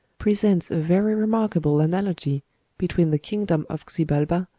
presents a very remarkable analogy between the kingdom of xibalba,